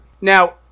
Now